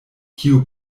kiu